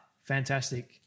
fantastic